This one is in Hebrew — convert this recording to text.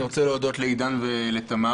אני רוצה להזכיר שהיינו כאן,